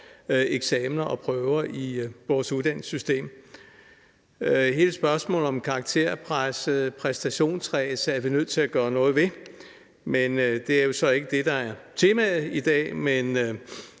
eksamener og prøver i vores uddannelsessystem. Hele spørgsmålet om karakterpres og præstationsræs er vi nødt til at gøre noget ved, men det er så ikke det, der er temaet i dag,